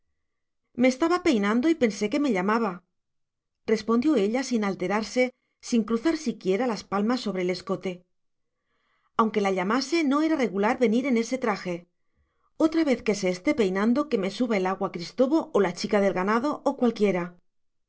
me estaba peinando y pensé que me llamaba respondió ella sin alterarse sin cruzar siquiera las palmas sobre el escote aunque la llamase no era regular venir en ese traje otra vez que se esté peinando que me suba el agua cristobo o la chica del ganado o cualquiera